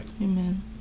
Amen